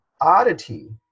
Oddity